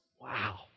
Wow